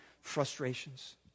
frustrations